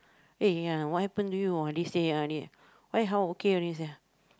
hey ya what happen to you ah these days ah why how okay already sia